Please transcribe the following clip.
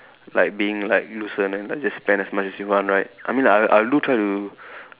like being like loose and then like just spend as much as you want right I mean I I do try to